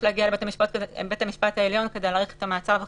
נדרש להגיע לבית המשפט העליון כדי להאריך את המעצר,